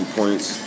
points